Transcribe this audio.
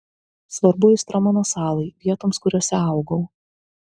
svarbu aistra mano salai vietoms kuriose augau